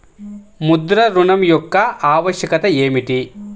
ముద్ర ఋణం యొక్క ఆవశ్యకత ఏమిటీ?